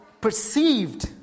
perceived